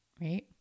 Right